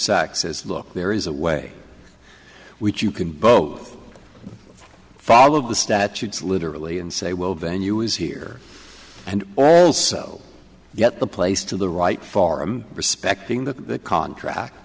says look there is a way which you can both follow the statutes literally and say well venue is here and also get the place to the right forum respecting the contract